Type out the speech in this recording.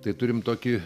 tai turim tokį